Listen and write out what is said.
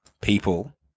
people